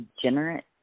degenerate